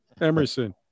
Emerson